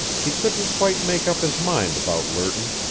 he couldn't quite make up his mind about lerton.